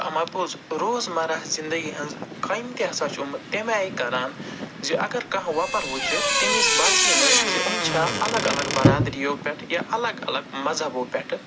اما پوٚز روز مَرہ زندگی ہِنٛز کامہِ تہِ ہَسا چھِ یِم تَمہِ آیہِ کَران زِ اگر کانٛہہ وۄپَر وٕچھٕ تٔمِس باسی نہٕ زِ یِم چھےٚ الگ الگ برادٔریو پٮ۪ٹھ یا الگ الگ مَذہبو پٮ۪ٹھٕ